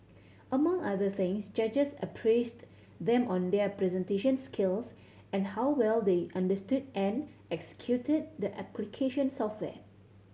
among other things judges appraised them on their presentation skills and how well they understood and executed the application software